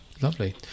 Lovely